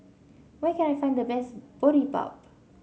where can I find the best Boribap